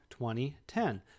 2010